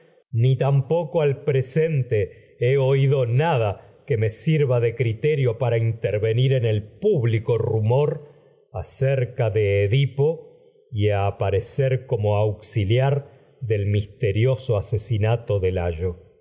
ni tampoco al presente he oído nada que me sirva de criterio para in tervenir en el público rumor acerca de edipo y apare cer como auxiliar del misterioso asesinato de layo